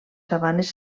sabanes